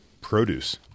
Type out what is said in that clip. produce